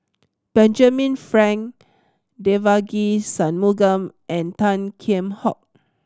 Benjamin Frank Devagi Sanmugam and Tan Kheam Hock